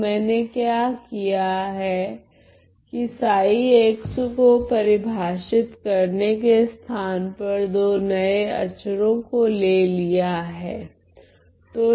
तो मैंने क्या किया है कि को परिभाषित करने के स्थान पर दो नए अचरो को ले लिया हैं